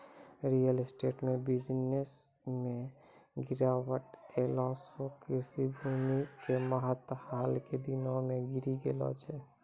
real estate के business मॅ गिरावट ऐला सॅ कृषि भूमि के महत्व हाल के दिनों मॅ बढ़ी गेलो छै